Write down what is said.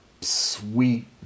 sweet